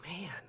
man